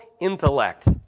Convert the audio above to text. intellect